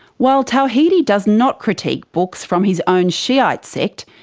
while tawhidi does not critique books from his own shiite sect,